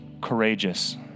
courageous